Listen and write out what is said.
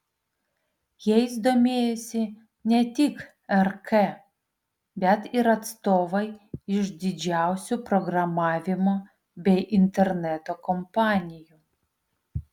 jais domėjosi ne tik rk bet ir atstovai iš didžiausių programavimo bei interneto kompanijų